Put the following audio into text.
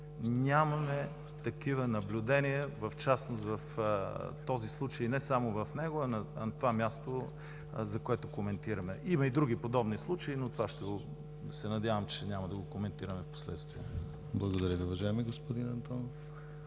нямаме такива наблюдения в частност в този случай и не само в него, а на това място, за което коментираме. Има и други подобни случаи, но това се надявам, че няма да го коментираме впоследствие. ПРЕДСЕДАТЕЛ ДИМИТЪР ГЛАВЧЕВ: Благодаря Ви, уважаеми господин Антонов.